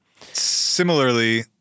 Similarly